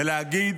ולהגיד: